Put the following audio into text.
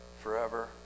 forever